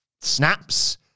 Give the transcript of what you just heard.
snaps